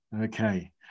Okay